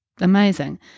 amazing